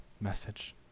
message